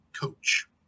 coach